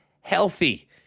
healthy